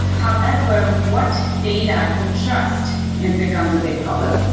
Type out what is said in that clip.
however, what data to trust becomes a big problem.